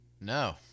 No